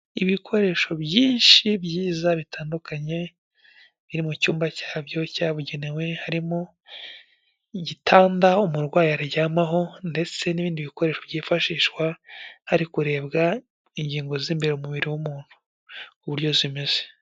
Ibikoresho byinshi byiza bitandukanye, biri mu cyumba cyabyo cyabugenewe. Harimo igitanda umurwayi aryamaho, ndetse n'ibindi bikoresho byifashishwa hari kurebwa ingingo z'imbere m’umubiri w'umuntu uburyo zimeze.